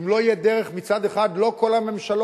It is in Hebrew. ואם לא תהיה דרך, מצד אחד, לא בכל הממשלות,